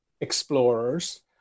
explorers